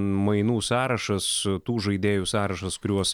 mainų sąrašas tų žaidėjų sąrašas kuriuos